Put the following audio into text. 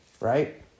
right